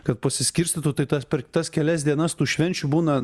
kad pasiskirstytų tai tas per tas kelias dienas tų švenčių būna